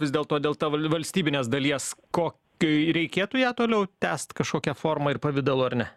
vis dėlto dėl ta valstybinės dalies ko kai reikėtų ją toliau tęst kažkokia forma ir pavidalu ar ne